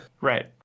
right